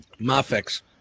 Mafex